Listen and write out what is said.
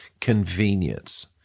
convenience